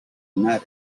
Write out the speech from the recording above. linares